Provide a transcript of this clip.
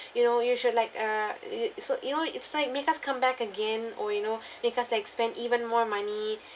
you know you should like uh err so you know it's like make us come back again or you know make us like spend even more money